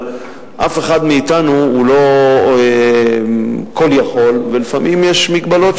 אבל אף אחד מאתנו הוא לא כול-יכול ולפעמים יש מגבלות,